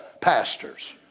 pastors